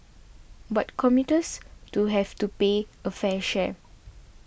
but commuters to have to pay a fair share